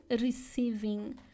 receiving